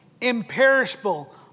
Imperishable